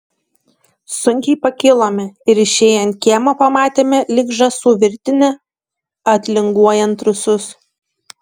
sunkiai pakilome ir išėję ant kiemo pamatėme lyg žąsų virtinę atlinguojant rusus